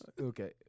Okay